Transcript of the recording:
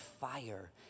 fire